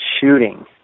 shooting